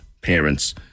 parents